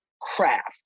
craft